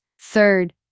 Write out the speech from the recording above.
Third